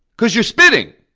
because you're spitting.